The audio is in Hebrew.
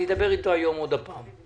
אני אדבר אתו היום עוד פעם.